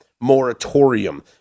moratorium